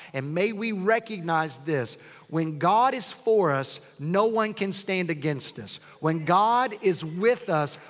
and may we recognize this. when god is for us, no one can stand against us. when god is with us.